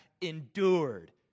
endured